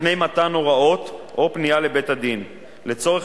לפני מתן הוראות או פנייה לבית-הדין לצורך